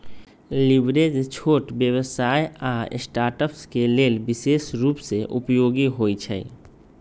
leverage छोट व्यवसाय आऽ स्टार्टअप्स के लेल विशेष रूप से उपयोगी होइ छइ